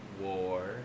war